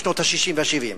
בשנות ה-60 וה-70.